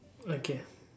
okay